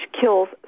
kills